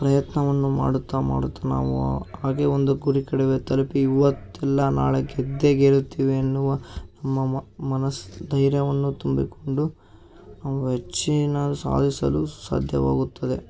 ಪ್ರಯತ್ನವನ್ನು ಮಾಡುತ್ತಾ ಮಾಡುತ್ತಾ ನಾವು ಹಾಗೇ ಒಂದು ಗುರಿ ಕಡೆಗೆ ತಲುಪಿ ಇವತ್ತಲ್ಲ ನಾಳೆ ಗೆದ್ದೇ ಗೆಲುತ್ತೀವಿ ಅನ್ನುವ ಮನಸ್ಸು ಧೈರ್ಯವನ್ನು ತುಂಬಿಕೊಂಡು ಅವು ಹೆಚ್ಚಿನ ಸಾಧಿಸಲು ಸಾಧ್ಯವಾಗುತ್ತದೆ